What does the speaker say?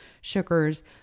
sugars